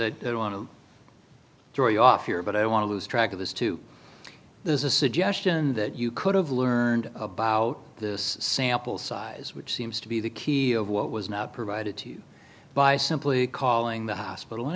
they want to story off here but i want to lose track of this too there's a suggestion that you could have learned about this sample size which seems to be the key of what was not provided to you by simply calling the hospital and